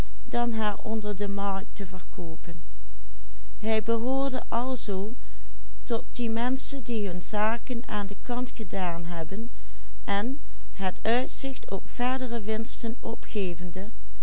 die menschen die hun zaken aan kant gedaan hebben en het uitzicht op verdere winsten opgevende